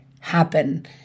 happen